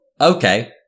Okay